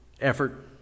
effort